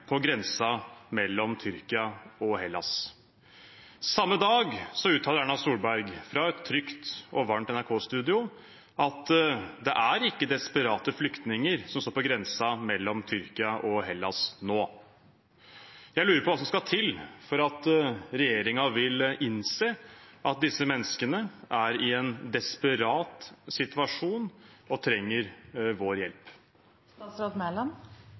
på grensen mellom Tyrkia og Hellas. Samme dag uttaler Erna Solberg – fra et trygt og varmt NRK-studio – at det er ikke desperate flyktninger som står på grensen mellom Tyrkia og Hellas nå. Jeg lurer på hva som skal til for at regjeringen vil innse at disse menneskene er i en desperat situasjon og trenger vår